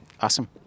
Awesome